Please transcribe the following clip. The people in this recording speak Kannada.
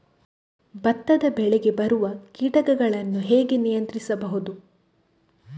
ಭತ್ತದ ಬೆಳೆಗೆ ಬರುವ ಕೀಟಗಳನ್ನು ಹೇಗೆ ನಿಯಂತ್ರಿಸಬಹುದು?